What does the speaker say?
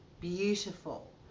beautiful